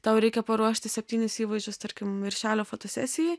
tau reikia paruošti septynis įvaizdžius tarkim viršelio fotosesijai